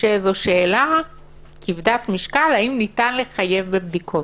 שזו שאלה כבדת משקל, האם ניתן לחייב בבדיקות.